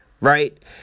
right